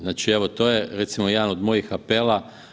Znači, evo to je recimo jedan od mojih apela.